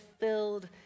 filled